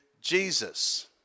Jesus